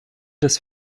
des